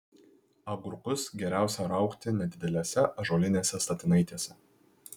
agurkus geriausia raugti nedidelėse ąžuolinėse statinaitėse